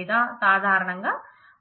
లేదా సాధారణంగా